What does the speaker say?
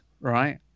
right